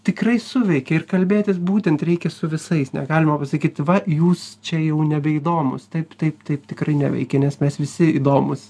tikrai suveikia ir kalbėtis būtent reikia su visais negalima pasakyti va jūs čia jau nebeįdomūs taip taip taip tikrai neveikia nes mes visi įdomūs